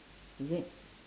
is it